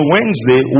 Wednesday